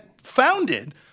founded